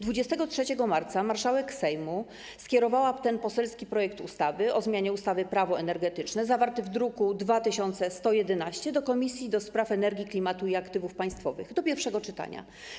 23 marca marszałek Sejmu skierowała ten poselski projekt ustawy o zmianie ustawy - Prawo energetyczne, zawarty w druku nr 2111, do Komisji do Spraw Energii, Klimatu i Aktywów Państwowych do pierwszego czytania.